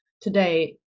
today